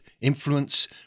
influence